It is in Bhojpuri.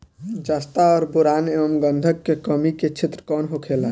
जस्ता और बोरान एंव गंधक के कमी के क्षेत्र कौन होखेला?